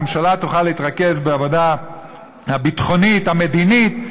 הממשלה תוכל להתרכז בעבודה הביטחונית המדינית.